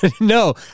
no